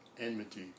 enmity